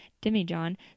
demijohn